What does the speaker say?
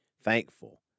thankful